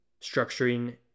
structuring